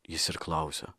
jis ir klausia